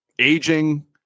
aging